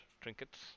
trinkets